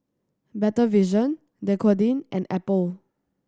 Better Vision Dequadin and Apple